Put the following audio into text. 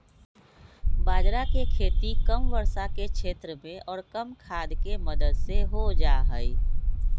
बाजरा के खेती कम वर्षा के क्षेत्र में और कम खाद के मदद से हो जाहई